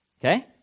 Okay